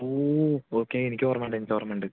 ഓ okay എനിക്കോർമ്മയുണ്ട് എനിക്കോർമ്മയുണ്ട്